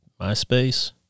MySpace